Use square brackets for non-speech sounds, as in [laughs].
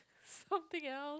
[laughs] something else